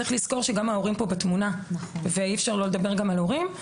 צריך לזכור שגם ההורים פה בתמונה ואי-אפשר לא לדבר גם על הורים.